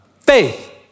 Faith